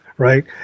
Right